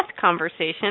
conversation